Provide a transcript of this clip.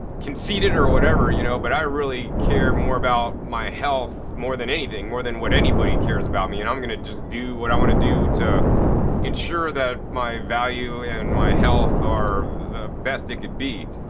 conceited or whatever you know but i really care more about my health more than anything more than anybody cares about me and i'm going to just do what i want to do to ensure that my value and my health are the best they could be.